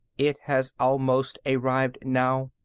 it has almost arrived now.